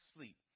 Sleep